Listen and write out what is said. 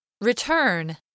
Return